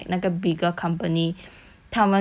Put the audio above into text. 他们只是 try one side 而已